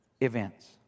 events